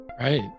Right